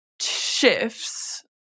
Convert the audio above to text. shifts